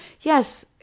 Yes